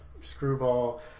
screwball